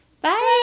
Bye